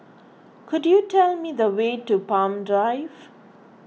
could you tell me the way to Palm Drive